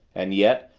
and yet,